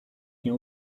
nie